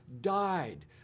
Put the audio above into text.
died